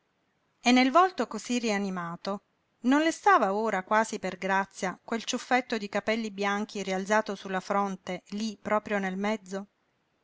e nel volto cosí rianimato non le stava ora quasi per grazia quel ciuffetto di capelli bianchi rialzato su la fronte lí proprio nel mezzo